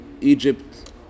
Egypt